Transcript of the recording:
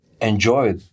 enjoy